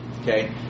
Okay